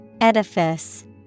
Edifice